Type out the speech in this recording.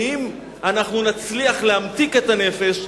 ואם נצליח להמתיק את הנפש,